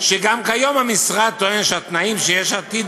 שגם כיום המשרד טוען שהתנאים שיש עתיד